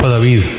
David